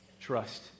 trust